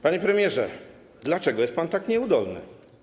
Panie premierze, dlaczego jest pan tak nieudolny?